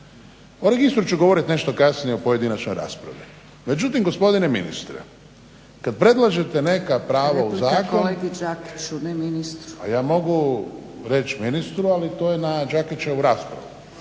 O registru ću govorit nešto kasnije u pojedinačnoj raspravi. Međutim gospodine ministre, kad predlažete neka prava u zakonu… **Zgrebec, Dragica (SDP)** Replika kolegi Đakiću, ne ministru.